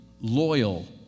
loyal